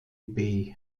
bay